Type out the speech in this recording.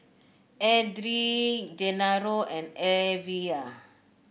Edrie Genaro and Evia